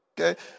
Okay